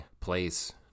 place